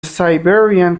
siberian